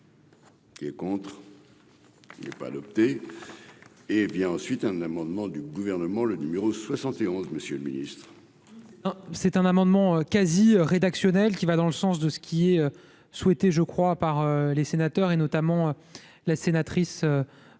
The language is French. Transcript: Qui est contre, il n'est pas adopté, hé bien, ensuite, un amendement du gouvernement, le numéro 71 Monsieur le Ministre. C'est un amendement quasi rédactionnelle qui va dans le sens de ce qui est souhaité, je crois, par les sénateurs, et notamment la sénatrice Doineau